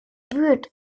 buurt